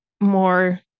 more